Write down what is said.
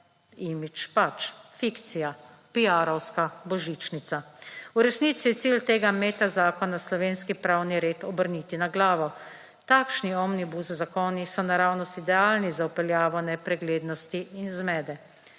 imidž pač, fikcija, piarovska božičnica. V resnici je cilj tega meta zakona slovenski pravni red obrniti na glavo. Takšni omni bus zakoni so naravnost idealni za vpeljavo nepreglednosti in zmede.